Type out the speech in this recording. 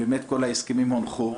אם באמת כל ההסכמים הונחו,